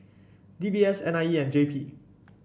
D B S N I E and J P